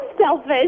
selfish